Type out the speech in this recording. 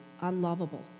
unlovable